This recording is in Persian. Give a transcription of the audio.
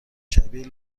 شبیه